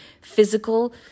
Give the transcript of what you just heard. physical